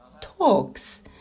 Talks